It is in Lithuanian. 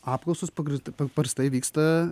apklausos pagrįst paprastai vyksta